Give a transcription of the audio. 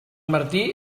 martí